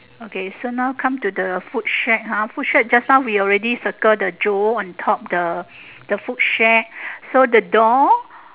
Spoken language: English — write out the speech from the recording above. okay so now come to the food shack ah food shack just now we already circle the jewel on top the the food shack so the door